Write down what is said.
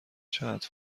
چقدر